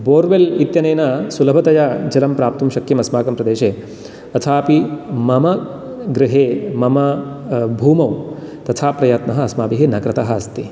borewell इत्यनेन सुलभतया जलं प्राप्तुं शक्यम् अस्माकं प्रदेशे अथापि मम गृहे मम भूमौ तथा प्रयत्नः अस्माभिः न कृतः अस्ति